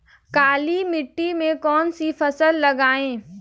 काली मिट्टी में कौन सी फसल लगाएँ?